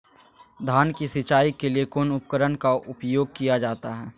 धान की सिंचाई के लिए कौन उपकरण का उपयोग किया जाता है?